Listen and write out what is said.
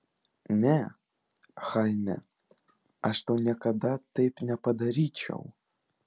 ne chaime aš tau niekada taip nepadaryčiau